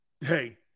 Hey